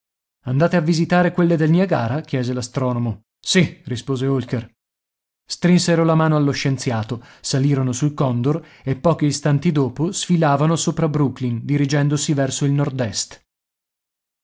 andate a visitare quelle del niagara chiese l'astronomo sì rispose holker strinsero la mano allo scienziato salirono sul condor e pochi istanti dopo sfilavano sopra brooklyn dirigendosi verso il nord est i